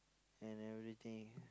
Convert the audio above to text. and everything